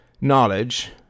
knowledge